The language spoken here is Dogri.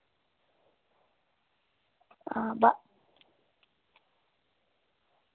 हां बा